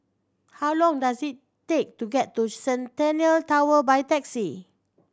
how long does it take to get to Centennial Tower by taxi